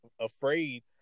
afraid